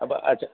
अब अच्छा